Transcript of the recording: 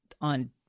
on